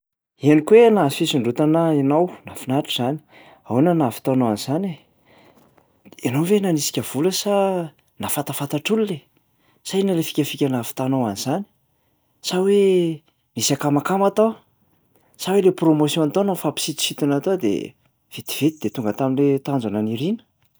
Henoko hoe nahazo fisondrotana ianao, mahafinaritra izany! Ahoana no nahavitanaao an'izany e? Ianao ve nanisika vola sa nahafantafantatr'olona e? Sa inona lay fikafika nahavitanao an'izany? Sa hoe nisy akamakama tao? Sa hoe lay promotion tao no nifampisintosintona tao de vetivety de tonga tam'le tanjona niriana?